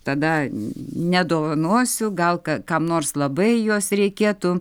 tada nedovanosiu gal ka kam nors labai jos reikėtų